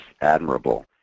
admirable